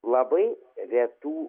labai retų